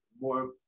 more